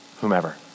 whomever